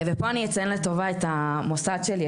ופה אני אציין לטובה את המוסד שלי,